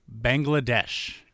Bangladesh